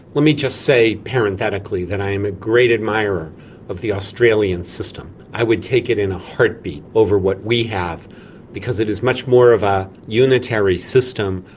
let me just say parenthetically that i am a great admirer of the australian system. i would take it in a heartbeat over what we have because it is much more of a unitary system,